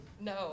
No